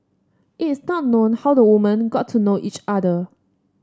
it is not known how the woman got to know each other